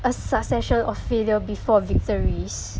a succession of failure before victories